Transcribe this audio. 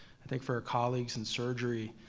i think for colleagues in surgery,